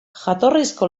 jatorrizko